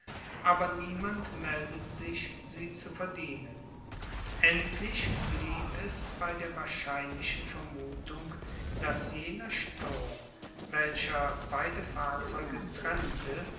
aber niemand meldet sich sie zu verdienen endlich blieb es bei der wahrscheinlichen vermutung daß jener sturm welcher beide fahrzeuge trennte